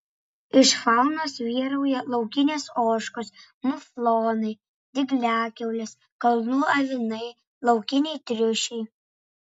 iš faunos vyrauja laukinės ožkos muflonai dygliakiaulės kalnų avinai laukiniai triušiai